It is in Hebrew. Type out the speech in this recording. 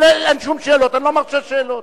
אין שום שאלות, אני לא מרשה שאלות.